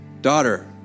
Daughter